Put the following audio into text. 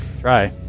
Try